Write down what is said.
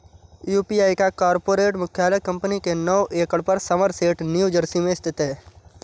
UPI का corporate मुख्यालय company के नौ एकड़ पर समरसेट न्यू जर्सी में स्थित है